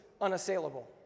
unassailable